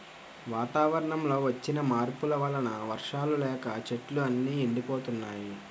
వాతావరణంలో వచ్చిన మార్పుల వలన వర్షాలు లేక చెట్లు అన్నీ ఎండిపోతున్నాయి